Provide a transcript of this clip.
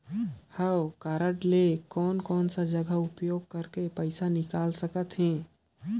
हव कारड ले कोन कोन सा जगह उपयोग करेके पइसा निकाल सकथे?